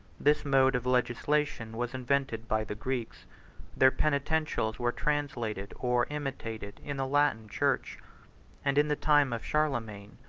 this mode of legislation was invented by the greeks their penitentials were translated, or imitated, in the latin church and, in the time of charlemagne,